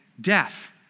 death